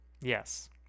yes